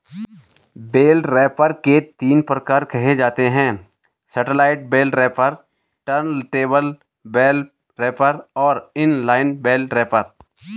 bell wrapper के तीन प्रकार कहे जाते हैं satellite bale wrapper, turntable bale wrapper और इन लाइन बेल रैपर